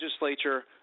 legislature